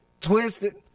twisted